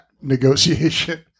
negotiation